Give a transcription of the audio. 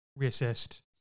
reassessed